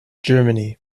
germany